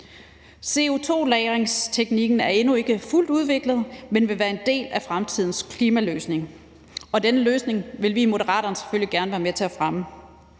CO2-lagringsteknikken er endnu ikke fuldt udviklet, men vil være en del af fremtidens klimaløsning, og denne løsning vil vi i Moderaterne selvfølgelig gerne være med til at fremme.